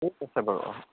ঠিক আছে বাৰু অঁ